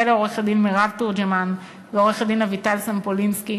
ולעורכת-דין מירב תורג'מן ועורכת-דין אביטל סומפולינסקי